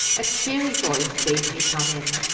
a cheery voice bade me come in,